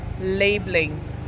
labeling